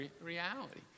reality